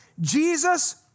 Jesus